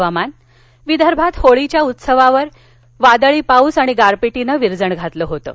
हवामान विदर्भात होळीच्या उत्सवावर वादळी पाऊस आणि गारपिटीनं विरजण घातलं होतं